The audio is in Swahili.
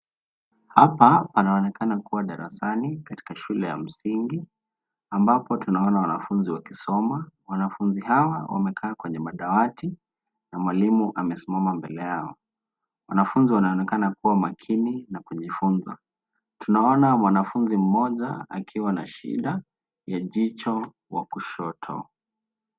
Hapa panaonekana kuwa darasani katika shule ya msingi ambapo tunaona wanafunzi wakisoma. Wanafunzi hao wamekaa kwenye madawati na mwalimu amesimama mbele yao. Wanafunzi wanaonekana kuwa makini na kujifunza. Tunaona mwanafunzi mmoja akiwa na shida ya jicho wa kushoto.